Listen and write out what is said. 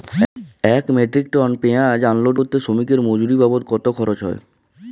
এক metric ton পেঁয়াজ unload করতে শ্রমিকের মজুরি বাবদ কত খরচ হয়?